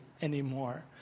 anymore